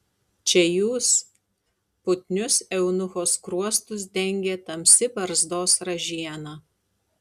čia jūs putnius eunucho skruostus dengė tamsi barzdos ražiena